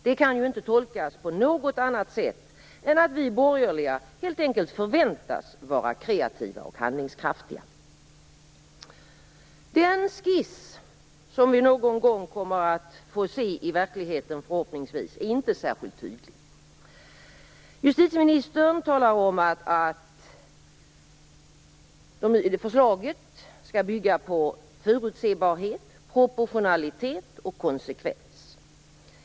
Det kan ju inte tolkas på något annat sätt än att vi borgerliga helt enkelt förväntas vara kreativa och handlingskraftiga. Den skiss som vi någon gång förhoppningsvis kommer att få se i verkligheten är inte särskilt tydlig. Justitieministern talar om att kraven i förslaget skall bygga på förutsebarhet, professionalitet och konsekvens.